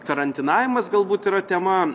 karantinavimas galbūt yra tema